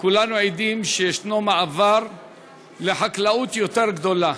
כולנו עדים לכך שיש מעבר לחקלאות יותר גדולה,